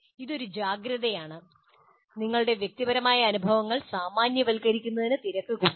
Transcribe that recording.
ഇത് ഒരു ജാഗ്രതയാണ് നിങ്ങളുടെ വ്യക്തിപരമായ അനുഭവങ്ങൾ സാമാന്യവൽക്കരിക്കുന്നതിന് തിരക്കു കൂട്ടരുത്